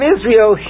Israel